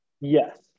Yes